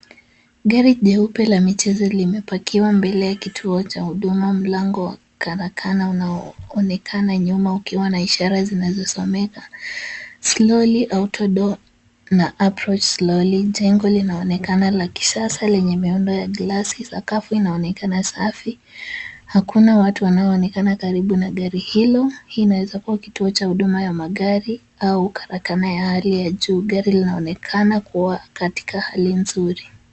Gari jeupe la michezo limepakiwa mbele ya kituo cha huduma mlango wa karakana unaonekana nyuma ukiwa na ishara zinazosomeka Slowly Auto-door na Approach Slowly . Jengo linaonekana la kisasa lenye miundo ya glasi. Sakafu inaonekana safi, hakuna watu wanaoonekana karibu na gari hilo. Hii inawezakua kituo cha huduma ya magari au karakana ya hali ya juu. Gari linaonekana kuwa katika hali nzuri.